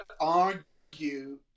argue